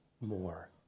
more